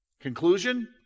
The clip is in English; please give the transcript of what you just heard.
Conclusion